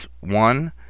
one